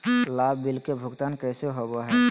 लाभ बिल के भुगतान कैसे होबो हैं?